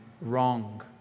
wrong